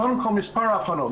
קודם כל מספר האבחנות,